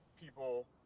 people